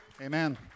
Amen